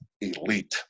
elite